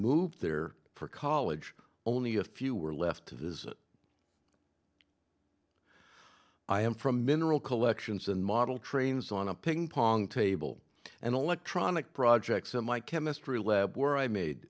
moved there for college only a few were left to visit i am from mineral collections and model trains on a ping pong table and electronic projects in my chemistry lab where i made